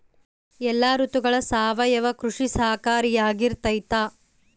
ಎಲ್ಲ ಋತುಗಳಗ ಸಾವಯವ ಕೃಷಿ ಸಹಕಾರಿಯಾಗಿರ್ತೈತಾ?